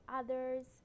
others